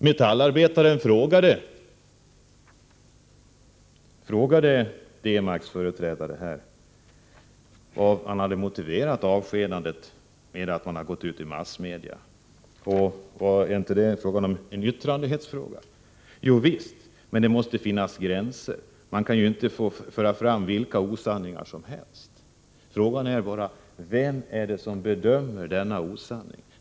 Metallarbetaren frågade Demags företrädare hur avskedandet motiverades, om det berodde på att han hade gått ut i massmedia, och om det inte handlade om yttrandefrihet. Jovisst, men det måste finnas gränser, fick han till svar. Man kan inte få föra fram vilka osanningar som helst. Frågan är vem som bedömer denna osanning.